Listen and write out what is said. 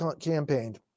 campaigned